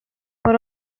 por